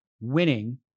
Winning